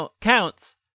counts